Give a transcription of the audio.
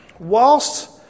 Whilst